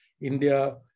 India